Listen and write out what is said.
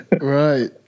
Right